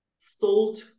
salt